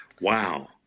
Wow